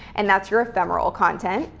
and that's your ephemeral content.